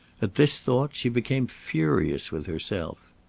at this thought she became furious with herself.